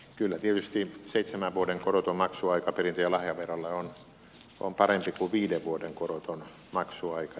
kyllä tietysti seitsemän vuoden koroton maksuaika perintö ja lahjaverolle on parempi kuin viiden vuoden koroton maksuaika